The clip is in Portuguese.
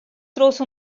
trouxe